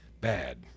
bad